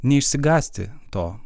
neišsigąsti to